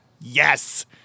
Yes